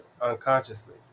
unconsciously